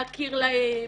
להכיר להם,